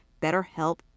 BetterHelp